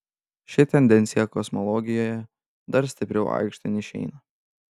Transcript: ši tendencija kosmologijoje dar stipriau aikštėn išeina